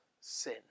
sin